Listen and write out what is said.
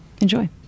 Enjoy